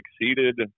exceeded